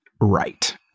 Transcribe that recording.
right